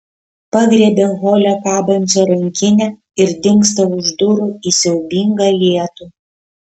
pagriebia hole kabančią rankinę ir dingsta už durų į siaubingą lietų